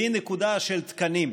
והיא נקודה של תקנים.